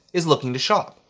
is looking to shop.